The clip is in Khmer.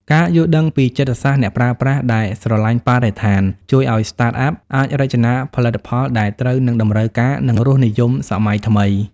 ការយល់ដឹងពីចិត្តសាស្ត្រអ្នកប្រើប្រាស់ដែលស្រឡាញ់បរិស្ថាន ជួយឱ្យ Startup អាចរចនាផលិតផលដែលត្រូវនឹងតម្រូវការ និងរសនិយមសម័យថ្មី។